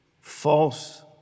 false